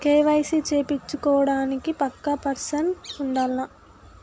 KYC చేపిచ్చుకోవడానికి పక్కా person ఉండాల్నా?